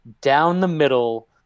down-the-middle